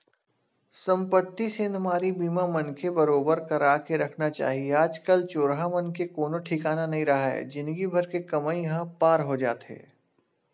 संपत्ति सेंधमारी बीमा मनखे बरोबर करा के रखना चाही आज कल चोरहा मन के कोनो ठिकाना नइ राहय जिनगी भर के कमई ह पार हो जाथे